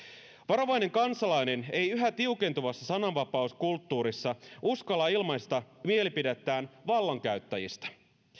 varovainen kansalainen ei yhä tiukentuvassa sananvapauskulttuurissa uskalla ilmaista mielipidettään vallankäyttäjistä